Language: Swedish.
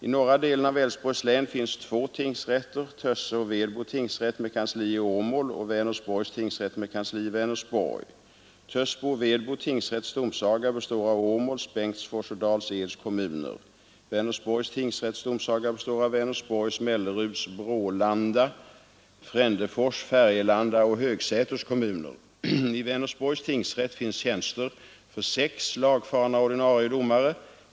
I norra delen av Älvsborgs län finns två tingsrätter, Tössbo och Vedbo tingsrätt med kansli i Åmål och Vänersborgs tingsrätt med kansli i Vänersborg. Tössbo och Vedbo tingsrätts domsaga består av Åmåls, Bengtsfors och Dals-Eds kommuner. Vänersborgs tingsrätts domsaga består av Vänersborgs, Melleruds, Brålanda, Frändefors, Färgelanda och Högsäters kommuner. I Vänersborgs tingsrätt finns tjänster för sex lagfarna ordinarie domare.